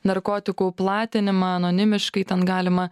narkotikų platinimą anonimiškai ten galima